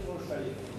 אני ראש העיר.